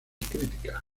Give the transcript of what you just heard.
críticas